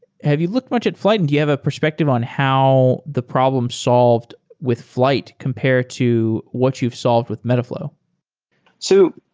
have you looked much at flyte and do you have a perspective on how the problem solved with flyte compare to what you've solved with metaflow? sed